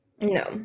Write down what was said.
No